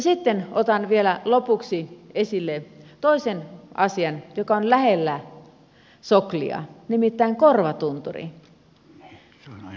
sitten otan vielä lopuksi esille toisen asian joka on lähellä soklia nimittäin korvatunturi